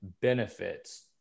benefits